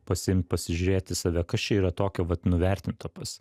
pasiimt pasižiūrėt į save kas čia yra tokio vat nuvertinto pas